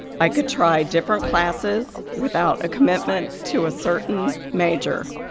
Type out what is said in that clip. i could try different classes without a commitment to a certain major.